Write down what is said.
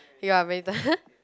ya